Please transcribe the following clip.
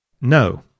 No